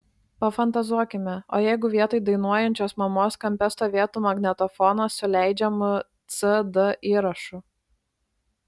pafantazuokime o jeigu vietoj dainuojančios mamos kampe stovėtų magnetofonas su leidžiamu cd įrašu